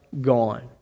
gone